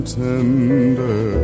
tender